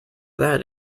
that